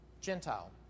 Gentile